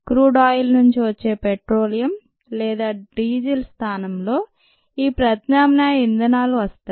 crude oil నుంచి వచ్చే petroleum లేదా డీజిల్ స్థానంలో ఈ ప్రత్యామ్నాయ ఇంధనాలు వస్తాయి